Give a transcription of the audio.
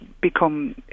become